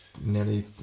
Nearly